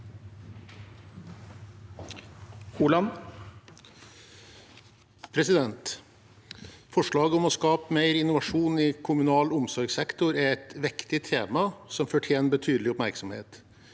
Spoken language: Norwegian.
Forslaget om å skape mer innovasjon i kommunal omsorgssektor er et viktig tema som fortjener betydelig oppmerksomhet.